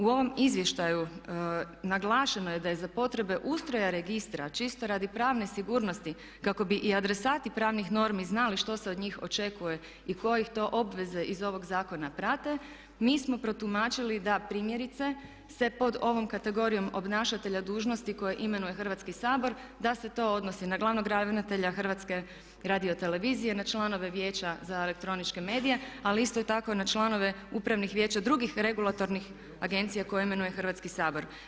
U ovom izvještaju naglašeno je da je za potrebe ustroja registra čisto radi pravne sigurnosti kako bi i adresati pravnih normi znali što se od njih očekuje i koje ih to obveze iz ovog zakona prate mi smo protumačili da primjerice se pod ovom kategorijom obnašatelja dužnosti koje imenuje Hrvatski sabor da se to odnosi na glavnog ravnatelja Hrvatske radio televizije, na članove Vijeća za elektroničke medije ali isto tako i na članove upravnih vijeća drugih regulatornih agencija koje imenuje Hrvatski sabor.